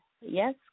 yes